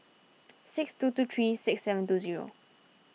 six two two three six seven two zero